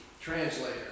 translator